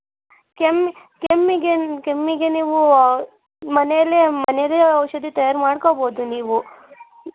ಕೆಮ್ ಕೆಮ್ಮಿಗೆ ಕೆಮ್ಮಿಗೆ ನೀವು ಮನೆಯಲ್ಲೇ ಮನೆಯದ್ದೇ ಔಷಧಿ ತಯಾರು ಮಾಡ್ಕೊಬೋದು ನೀವು